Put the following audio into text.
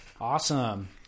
Awesome